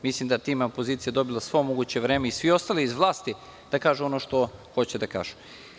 Mislim da je time opozicija dobila svo moguće vreme i svi ostali iz vlasti, da kažu ono što hoće da kažu.